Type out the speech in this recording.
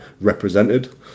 represented